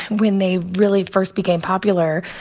when they really first became popular,